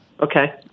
Okay